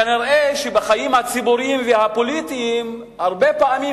כנראה בחיים הציבוריים והפוליטיים הרבה פעמים